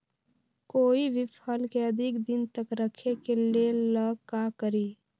कोई भी फल के अधिक दिन तक रखे के ले ल का करी?